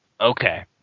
Okay